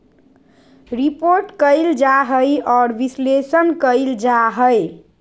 report कइल जा हइ और विश्लेषण कइल जा हइ